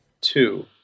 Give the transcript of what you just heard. Two